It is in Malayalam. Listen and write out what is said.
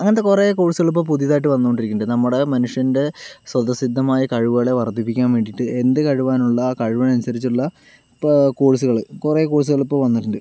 അങ്ങനത്തെ കുറേ കോഴ്സുകൾ ഇപ്പോൾ പുതുതായിട്ട് വന്നു കൊണ്ടിരിക്കുന്നുണ്ട് നമ്മുടെ മനുഷ്യന്റെ സ്വതസിദ്ധമായ കഴിവുകളെ വർദ്ധിപ്പിക്കാൻ വേണ്ടിയിട്ട് എന്ത് കഴിവാണ് ഉള്ളത് ആ കഴിവിനനുസരിച്ച് ഉള്ള ഇപ്പോൾ കോഴ്സുകൾ കുറേ കോഴ്സുകൾ ഇപ്പോൾ വന്നിട്ടുണ്ട്